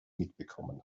mitbekommen